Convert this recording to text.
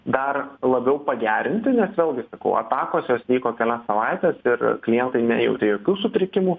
dar labiau pagerinti nes vėlgi sakau atakos jos vyko kelias savaites ir klientai nejautė jokių sutrikimų